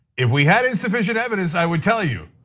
if we had insufficient evidence i would tell you,